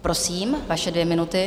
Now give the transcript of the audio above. Prosím, vaše dvě minuty.